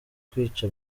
kwica